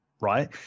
right